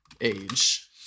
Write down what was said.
age